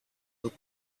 will